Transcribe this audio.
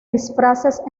disfraces